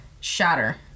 shatter